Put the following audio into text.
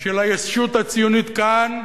של הישות הציונית כאן.